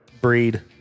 breed